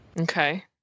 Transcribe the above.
Okay